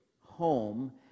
home